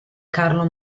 carlo